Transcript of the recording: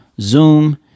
Zoom